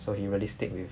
so he really stick with